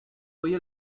oye